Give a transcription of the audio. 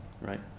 Right